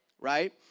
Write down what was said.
right